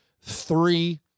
three